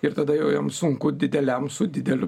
ir tada jau jam sunku dideliam su dideliu